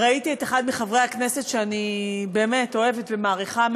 ראיתי את אחד מחברי הכנסת שאני אוהבת ומעריכה,